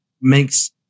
makes